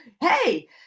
hey